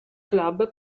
club